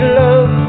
love